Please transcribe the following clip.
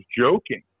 joking